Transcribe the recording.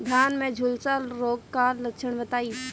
धान में झुलसा रोग क लक्षण बताई?